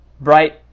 bright